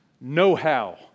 know-how